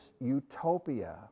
utopia